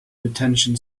detention